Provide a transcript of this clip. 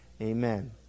Amen